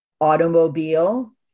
automobile